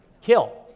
Kill